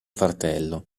fratello